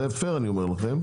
זה פייר אני אומר לכם,